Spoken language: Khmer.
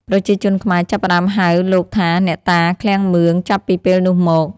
ប្រជាជនខ្មែរចាប់ផ្ដើមហៅលោកថា «អ្នកតាឃ្លាំងមឿង» ចាប់ពីពេលនោះមក។